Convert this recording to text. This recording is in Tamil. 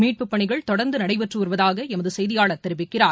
மீட்புப் பணிகள் தொடர்ந்துநடைபெற்றுவருவதாகளமதசெய்தியாளர் தெரிவிக்கிறார்